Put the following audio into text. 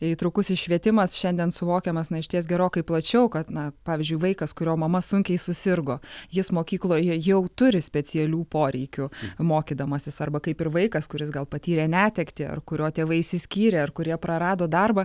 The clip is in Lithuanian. įtrukusis švietimas šiandien suvokiamas na išties gerokai plačiau kad na pavyzdžiui vaikas kurio mama sunkiai susirgo jis mokykloje jau turi specialių poreikių mokydamasis arba kaip ir vaikas kuris gal patyrė netektį ar kurio tėvai išsiskyrė ar kurie prarado darbą